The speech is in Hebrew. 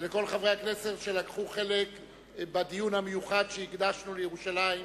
ולכל חברי הכנסת שלקחו חלק בדיון המיוחד שהקדשנו לירושלים.